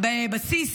בבסיס